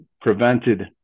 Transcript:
prevented